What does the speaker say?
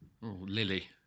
Lily